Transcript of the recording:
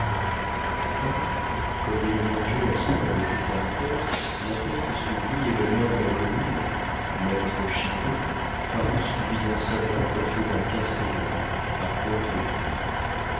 un matin comme il mangeait la soupe avec ses serviteurs la porte s'ouvrit et le maire de la commune maître chicot parut suivi d'un soldat coiffé d'un casque noir à pointe de cuivre